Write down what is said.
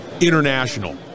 international